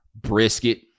brisket